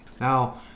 Now